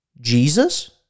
Jesus